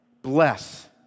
Bless